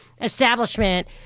establishment